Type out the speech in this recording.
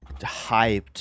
hyped